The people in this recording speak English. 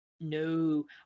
no